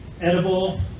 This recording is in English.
edible